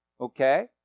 Okay